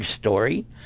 story